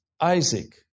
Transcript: Isaac